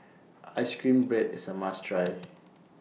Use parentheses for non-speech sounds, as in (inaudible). Ice Cream Bread IS A must Try (noise)